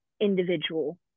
individual